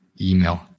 email